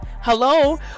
Hello